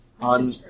on